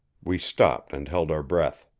we stopped and held our breath.